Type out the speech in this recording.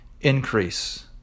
increase